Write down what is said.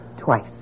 Twice